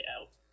out